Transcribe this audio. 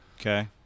Okay